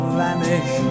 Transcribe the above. vanish